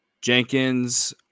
Jenkins